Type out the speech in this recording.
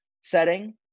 setting